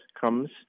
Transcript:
comes